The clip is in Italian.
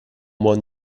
buon